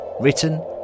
Written